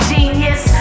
Genius